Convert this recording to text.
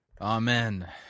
Amen